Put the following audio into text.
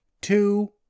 two